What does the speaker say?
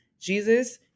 Jesus